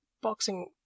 boxing